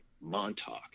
montauk